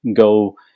go